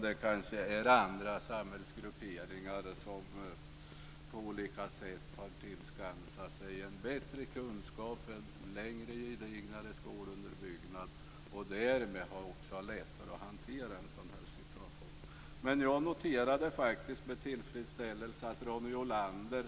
Det kanske är andra samhällsgrupperingar som på olika sätt har tillskansat sig en bättre kunskap och en längre, gedignare skolunderbyggnad och därmed har lättare att hantera en sådan här situation. Jag noterade med tillfredsställelse att Ronny Olander